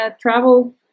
travel